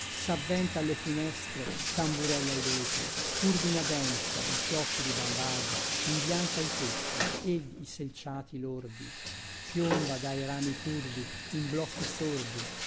là savventa alle finestre tamburella i vetri turbina densa in fiocchi di bambagia imbianca i tetti ed i selciati lordi piomba dai rami curvi in blocchi sordi